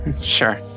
Sure